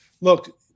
look